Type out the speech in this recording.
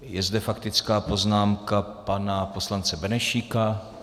Je zde faktická poznámka pana poslance Benešíka.